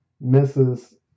misses